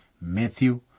Matthew